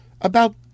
About